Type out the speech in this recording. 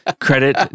Credit